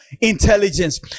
intelligence